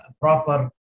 proper